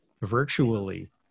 virtually